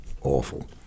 Awful